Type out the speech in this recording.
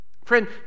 Friend